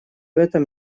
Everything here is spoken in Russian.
этом